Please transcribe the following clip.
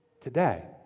today